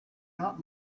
not